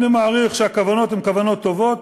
אני מעריך שהכוונות הן כוונות טובות,